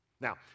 Now